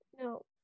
no